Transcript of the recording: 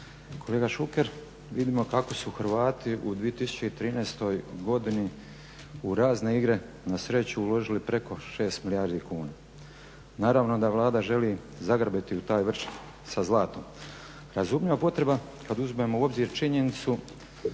Kolega Šuker, vidimo kako su Hrvati u 2013. godini u razne igre na sreću uložili preko 6 milijardi kuna. Naravno da Vlada želi zagrabiti u taj vrč sa zlatom. Razumljiva potreba kad uzmemo u obzir činjenicu